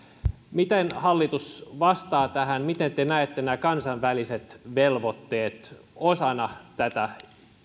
miten hallitus vastaa tähän miten te näette nämä kansainväliset velvoitteet osana tätä